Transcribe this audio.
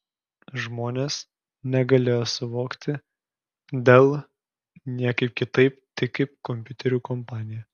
žmonės negalėjo suvokti dell niekaip kitaip tik kaip kompiuterių kompaniją